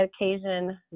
occasion